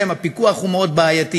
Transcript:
שהפיקוח עליהם הוא מאוד בעייתי,